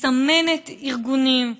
מסמנת ארגונים,